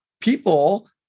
people